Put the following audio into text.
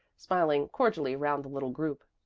smiling cordially round the little group.